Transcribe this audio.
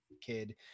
kid